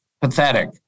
Pathetic